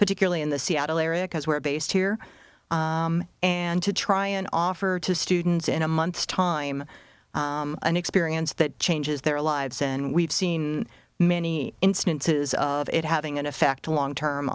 particularly in the seattle area because we're based here and to try and offer to students in a month's time an experience that changes their lives and we've seen many instances of it having an effect a long term